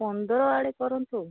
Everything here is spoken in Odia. ପନ୍ଦର ଆଡ଼େ କରନ୍ତୁ